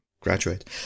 graduate